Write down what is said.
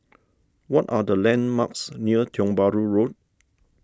what are the landmarks near Tiong Bahru Road